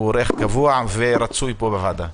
הוא אורח קבוע ורצוי פה בוועדה.